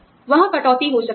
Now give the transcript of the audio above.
वहाँ कटौती हो सकती है